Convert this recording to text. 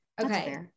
Okay